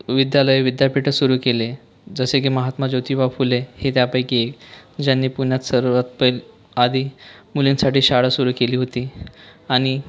विद्यालय विद्यापीठं सुरू केले जसे की महात्मा ज्योतिबा फुले हे त्यापैकी एक ज्यांनी पुण्यात सर्वांत प आधी मुलींसाठी शाळा सुरू केली होती आणि